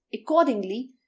Accordingly